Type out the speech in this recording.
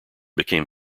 became